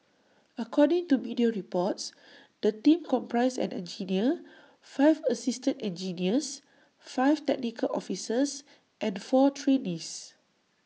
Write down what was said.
according to media reports the team comprised an engineer five assistant engineers five technical officers and four trainees